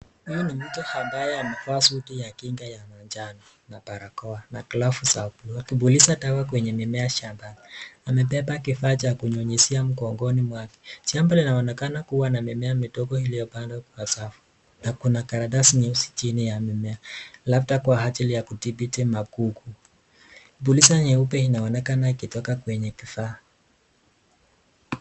Huyu ni mtu ambaye amevaa suti ya kinga ya manjano na barakoa na glavu za bluu akipuliza dawa kwenye mimea ya shamba. Amebeba kifaa cha kunyunyuzia mgongoni mwake. Shamba linaonekana kua mimea midogo iliyopandwa kwa sawa na kuna karatasi nyeusi chini ya mimea kwa ajili ya kudhibiti magugu. Kipulizo nyeupe inaonekana ikitoka kwenye kifaa.